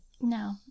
No